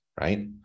right